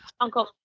Uncle